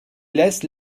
les